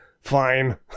Fine